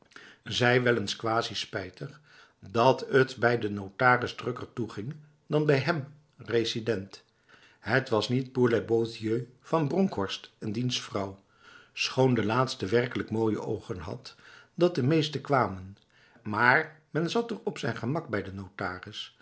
zei wel eens quasi spijtig dat het bij de notaris drukker toeging dan bij hem resident het was niet pour les beaux yeux van bronkhorst en diens vrouw schoon de laatste werkelijk mooie ogen had dat de meesten kwamen maar men zat er op zijn gemak bij de notaris